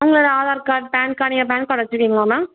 உங்களோடய Aadhaar card PAN card நீங்கள் PAN card வச்சிருக்கிங்களா மேம்